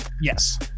Yes